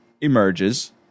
emerges